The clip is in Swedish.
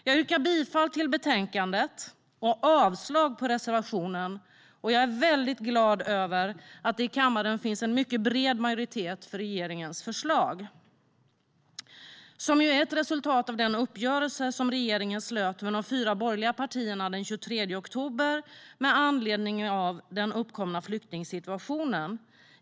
Jag yrkar bifall till utskottets förslag i betänkandet och avslag på reservationen. Jag är väldigt glad över att det i kammaren finns en mycket bred majoritet för regeringens förslag. Förslaget är ett resultat av den uppgörelse regeringen slöt med de fyra borgerliga partierna den 23 oktober med anledning av den uppkomna flyktingsituationen.